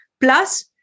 Plus